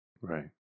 Right